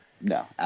No